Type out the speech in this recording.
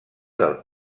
del